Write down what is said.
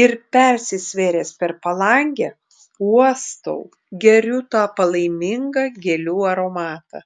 ir persisvėręs per palangę uostau geriu tą palaimingą gėlių aromatą